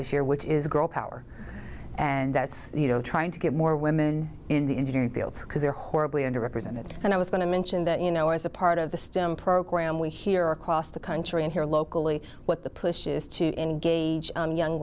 this year which is girl power and that's you know trying to get more women in the engineering fields because they're horribly under represented and i was going to mention that you know as a part of the system program we hear across the country and here locally what the push is to engage young